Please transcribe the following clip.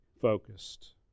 focused